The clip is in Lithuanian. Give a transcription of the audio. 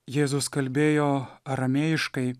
jėzus kalbėjo aramėjiškai